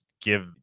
give